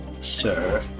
sir